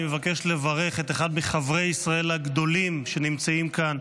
אני מבקש לברך את אחד מחברי ישראל הגדולים שנמצאים כאן,